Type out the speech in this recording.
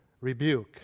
rebuke